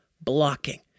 blocking